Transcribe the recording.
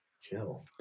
chill